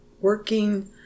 working